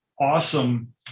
awesome